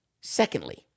Secondly